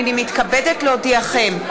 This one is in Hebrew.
הנני מתכבדת להודיעכם,